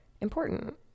important